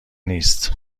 نیست